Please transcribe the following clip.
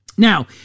Now